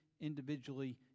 individually